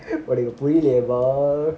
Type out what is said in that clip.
உனக்கு புரியல என்னடா:unaku puriyala ennada